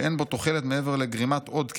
שאין בו תוחלת מעבר לגרימת עוד כאב.